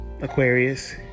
aquarius